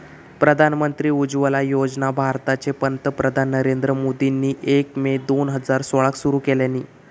प्रधानमंत्री उज्ज्वला योजना भारताचे पंतप्रधान नरेंद्र मोदींनी एक मे दोन हजार सोळाक सुरू केल्यानी